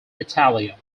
italia